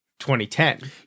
2010